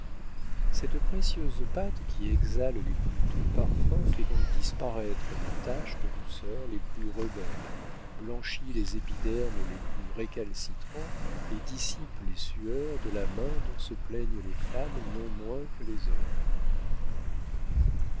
cette précieuse pâte qui exhale les plus doux parfums fait donc disparaître les taches de rousseur les plus rebelles blanchit les épidermes les plus récalcitrants et dissipe les sueurs de la main dont se plaignent les femmes non moins que les hommes